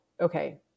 okay